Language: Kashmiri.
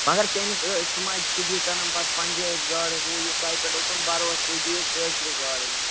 مگر تٔمِس ٲسۍ سُہ ما سُہ دیٖتَنم پتہٕ پنجٲبۍ گاڈٕ ہُہ یہِ تۄہہِ پٮ۪ٹھ اوسُم بَروسہٕ تُہۍ دِیِو کٲشرِ گاڈٕ مےٚ